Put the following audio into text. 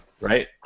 right